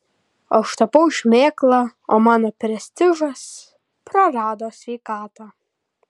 aš tapau šmėkla o mano prestižas prarado sveikatą